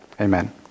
Amen